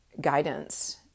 guidance